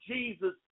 Jesus